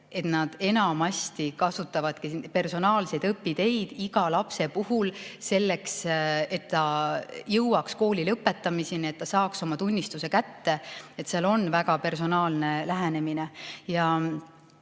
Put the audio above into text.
et nad enamasti kasutavadki personaalseid õpiteid iga lapse puhul selleks, et ta jõuaks kooli lõpetamiseni, et ta saaks oma tunnistuse kätte. Seal on väga personaalne lähenemine.